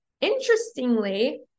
Interestingly